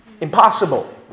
Impossible